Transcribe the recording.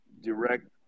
direct